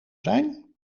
zijn